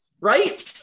right